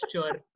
Sure